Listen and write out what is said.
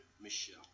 Michelle